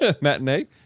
matinee